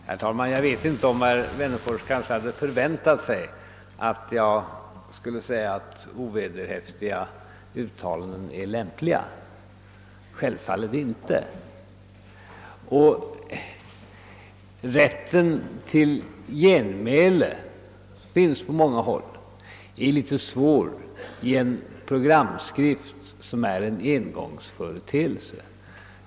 Herr talman! Jag vet inte om herr Wennerfors hade förväntat att jag skulle säga att ovederhäftiga uttalanden är lämpliga. Självfallet säger jag inte det. Rätten till genmäle finns på många håll, men den är litet svår att ordna i en programskrift som är en engångsföreteelse.